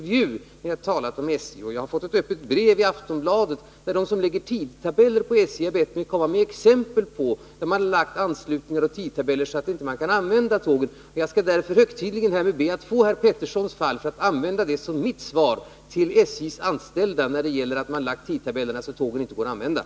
Jag har också fått ett öppet brev i Aftonbladet där de som lägger upp tidtabellen har bett mig anföra exempel på att de utformat anslutningar och tidtabeller så, att tåg inte har kunnat användas. Jag skall därför högtidligen härmed be att få herr Peterssons material för att använda det som mitt svar till SJ:s anställda på påståendena om att tidtabellerna utformas så att tågen inte kan anlitas.